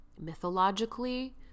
mythologically